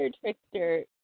trickster